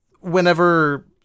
whenever